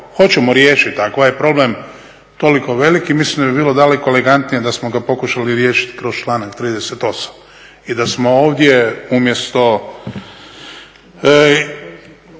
hoćemo riješiti, ako je problem toliko velik, mislim da bi bilo daleko elegantnije da smo ga pokušali riješiti kroz članak 38 i da smo ovdje umjesto